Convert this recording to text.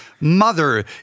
mother